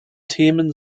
themen